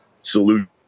solution